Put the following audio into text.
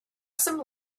some